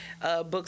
books